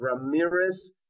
Ramirez